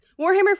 Warhammer